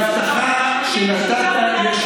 להבטחה שנתת.